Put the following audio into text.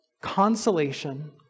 consolation